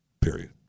period